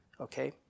Okay